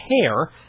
hair